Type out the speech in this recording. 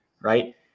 right